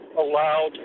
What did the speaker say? allowed